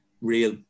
real